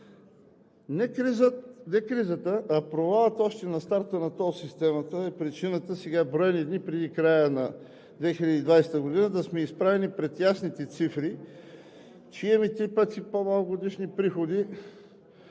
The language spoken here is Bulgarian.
Не кризата, а провалът още на старта на тол системата е причина броени дни преди края на 2020 г. да сме изправени пред ясните цифри, че имаме три пъти по-малко годишни приходи